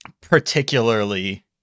particularly